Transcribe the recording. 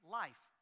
life